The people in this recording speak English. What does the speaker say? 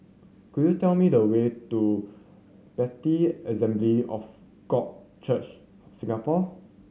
could you tell me the way to Bethel Assembly of God Church Singapore